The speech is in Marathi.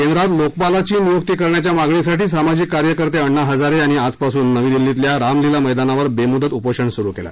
केंद्रात लोकपालाची नियुक्ती करण्याच्या मागणीसाठी सामाजिक कार्यकर्ते अण्णा हजारे यांनी आजपासून नवी दिल्लीतल्या रामलिला मद्दीनावर बेमुदत उपोषण सुरू केलं